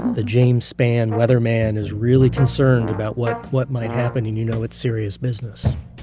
the james spann weatherman is really concerned about what what might happen. and you know it's serious business